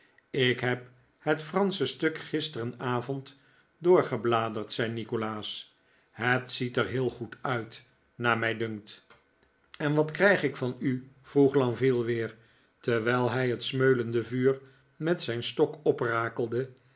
ik heb het fransche stuk gisterenavond doofgebladerd zei nikolaas het ziet er heel goed uit naar mij dunkt en wat krijg ik van u vroeg lenville weer terwijl hij het smeulende vuur met zijn stok pprakelde en